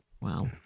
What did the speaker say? Wow